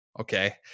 okay